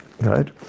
right